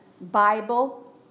Bible